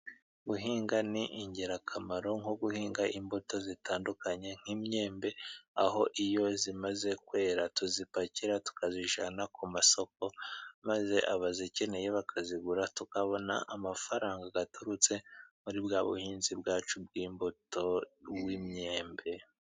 Guhinga ni ingirakamaro nko guhinga imbuto zitandukanye nk'imyembe. Aho iyo zimaze kwera tuzipakira tukazijyana ku masoko maze abazikeneye bakazigura tukabona amafaranga gaturutse muri bwa buhinzi bwacu bw'imbuto w'imyembe.